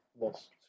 lost